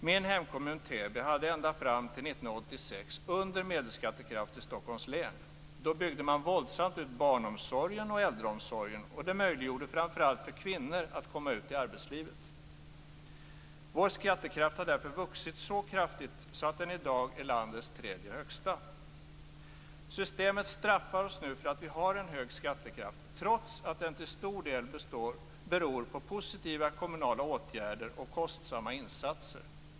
Min hemkommun Täby hade ända fram till 1986 en skattekraft som låg under medel i Stockholms län. Då byggde man ut barnomsorgen och äldreomsorgen våldsamt. Det möjliggjorde framför allt för kvinnor att komma ut i arbetslivet. Vår skattekraft har därför vuxit så kraftigt att den i dag är landets tredje högsta. Systemet straffar oss nu för att vi har en hög skattekraft, trots att den till stor del beror på positiva kommunala åtgärder och kostsamma insatser.